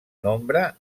nombre